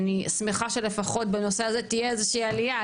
אני שמחה שלפחות בנושא הזה תהיה איזושהי עלייה,